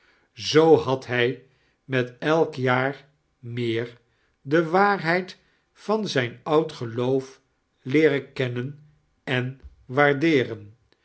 zoo had hij met elk joar meer de waarhedd van zijn oud geloof leeren kennen en waardeeren